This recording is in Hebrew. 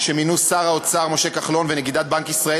שמינו שר האוצר משה כחלון ונגידת בנק ישראל